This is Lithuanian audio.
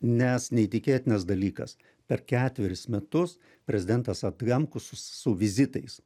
nes neįtikėtinas dalykas per ketverius metus prezidentas adamkus su vizitais